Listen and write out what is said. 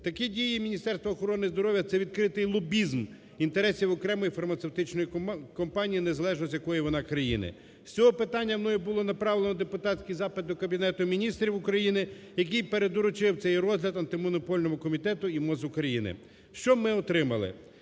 Такі дії Міністерства охорони здоров'я – це відкритий лобізм інтересів окремої фармацевтичної компанії, незалежно з якої вони країни. З цього питання мною було направлено депутатський запит до Кабінет Міністрів України, який передурочив цей розгляд Антимонопольному комітету і МОЗ України. Що ми отримали?